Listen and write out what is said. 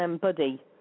Buddy